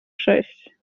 sześć